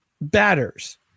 batters